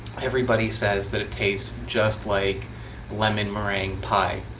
everybody says that it tastes just like lemon meringue pie.